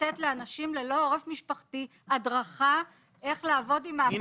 לאנשים ללא עורף משפחתי הדרכה לאיך לעבוד עם האפליקציה,